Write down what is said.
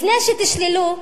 לפני שתשללו,